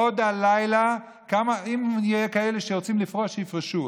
עוד הלילה, אם יהיו כאלה שירצו לפרוש, שיפרשו.